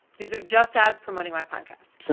these are just ads promoting my podcast.